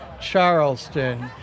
Charleston